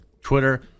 Twitter